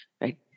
right